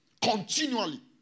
Continually